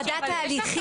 הפרדה תהליכית.